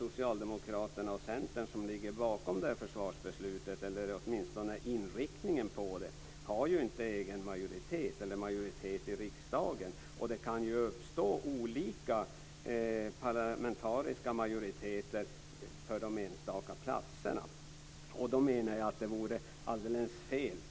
Socialdemokraterna och Centern ligger bakom försvarsbeslutet, åtminstone när det gäller inriktningen, men de har inte majoritet i riksdagen. Det kan faktiskt uppstå olika parlamentariska majoriteter för de enstaka platserna. Jag menar att detta vore alldeles fel.